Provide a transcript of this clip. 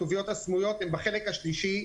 הכתוביות הסמויות הן בחלק השלישי,